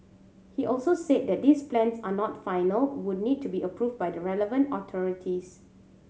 he also said that these plans are not final would need to be approved by the relevant authorities